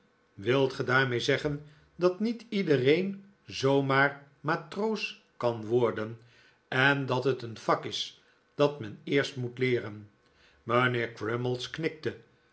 wilt ge daarmee zeggen dat niet iedereen zoomaar matroos kan worden en dat het een vak is dat men eerst moet leeren mijnheer crummies knikte